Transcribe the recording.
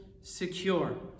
secure